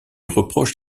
reproche